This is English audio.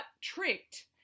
tricked